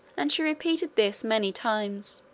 and she repeated this many times.